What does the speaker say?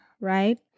right